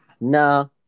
no